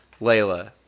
Layla